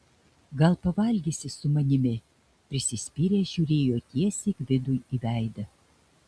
gal pavalgysi su manimi prisispyręs žiūrėjo tiesiai gvidui į veidą